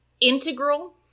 integral